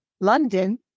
London